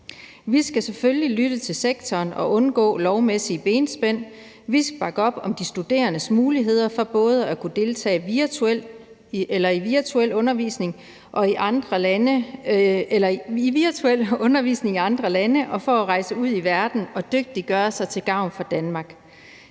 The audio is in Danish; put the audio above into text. Vi skal selvfølgelig lytte til sektoren og undgå lovmæssige benspænd. Vi skal bakke op om de studerendes muligheder for både at kunne deltage i virtuel undervisning i andre lande og at rejse ud i verden og dygtiggøre sig til gavn for Danmark.